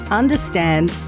understand